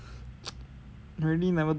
really never do meh